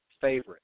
favorite